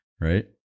right